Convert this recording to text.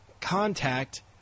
Contact